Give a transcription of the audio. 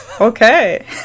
Okay